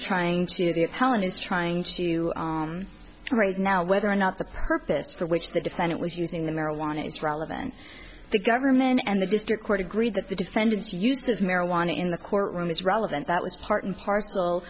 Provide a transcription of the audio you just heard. trying to the hellen is trying to right now whether or not the purpose for which the defendant was using the marijuana is relevant the government and the district court agreed that the defendant's use of marijuana in the courtroom is relevant that was part and parcel